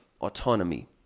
autonomy